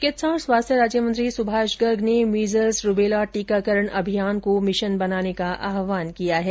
चिकित्सा और स्वास्थ्य राज्य मंत्री सुभाष गर्ग ने मीजल्स रूबेला टीकाकरण अभियान को मिशन बनाने का आहवान किया है